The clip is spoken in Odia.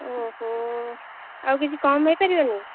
ଓହୋ କିଛି କମ୍ ହେଇପାରିବନି